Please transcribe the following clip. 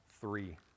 three